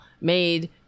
made